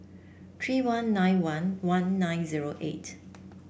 three one nine one one nine zero eight